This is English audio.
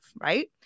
right